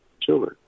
Children